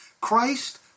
Christ